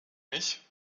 mich